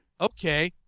Okay